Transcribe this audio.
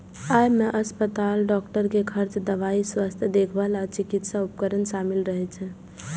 अय मे अस्पताल, डॉक्टर के खर्च, दवाइ, स्वास्थ्य देखभाल आ चिकित्सा उपकरण शामिल रहै छै